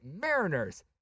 Mariners